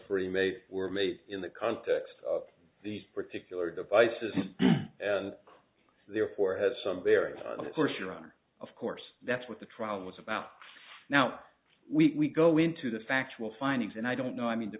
free may were made in the context of these particular devices and therefore has some very course your honor of course that's what the trial was about now we go into the factual findings and i don't know i mean the